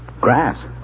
Grass